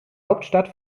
hauptstadt